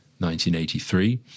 1983